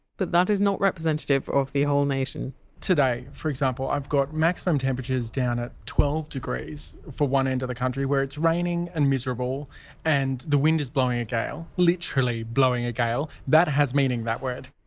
but that is not representative of the whole nation today, for example, i've got maximum temperatures down at twelve degrees for one end of the country, where it's raining and miserable and the wind is blowing a gale literally blowing a gale, that has meaning that word,